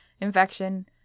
infection